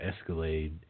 Escalade